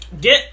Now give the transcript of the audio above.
Get